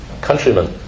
countrymen